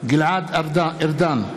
גלעד ארדן,